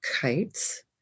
kites